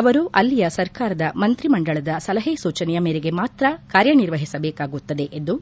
ಅವರು ಅಲ್ಲಿಯ ಸರ್ಕಾರದ ಮಂತ್ರಿ ಮಂಡಲದ ಸಲಹೆ ಸೂಚನೆಯ ಮೆರೆಗೆ ಮಾತ್ರ ಕಾರ್ಯನಿರ್ವಹಿಸಬೇಕಾಗುತ್ತದೆ ಎಂದು